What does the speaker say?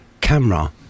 camera